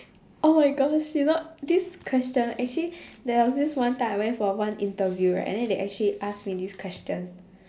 my oh gosh you know this question actually there was this one time I went for one interview right and then they actually asked me this question